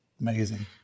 Amazing